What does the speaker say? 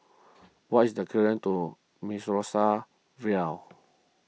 what is the document to Mimosa Vale